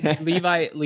Levi